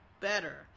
better